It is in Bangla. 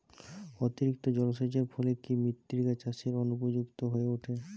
অতিরিক্ত জলসেচের ফলে কি মৃত্তিকা চাষের অনুপযুক্ত হয়ে ওঠে?